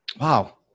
Wow